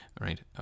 right